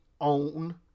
own